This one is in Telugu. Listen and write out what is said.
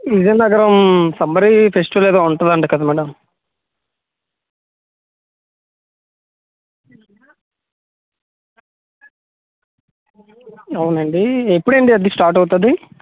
విజయనగరం సమ్మర్ ఫెస్టివల్ ఏదో ఉంటుందంట కదా మ్యాడం అవునండి ఎప్పుడు అది స్టార్ట్ అవుతుంది